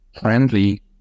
friendly